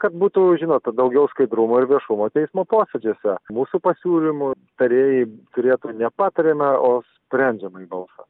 kad būtų žinot daugiau skaidrumo ir viešumo teismo posėdžiuose mūsų pasiūlymų tarėjai turėtų nepatariamąjį o sprendžiamąjį balsą